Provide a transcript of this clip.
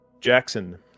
Jackson